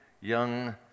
young